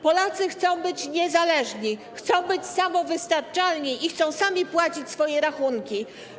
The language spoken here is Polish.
Polacy chcą być niezależni, chcą być samowystarczalni i chcą sami płacić swoje rachunki.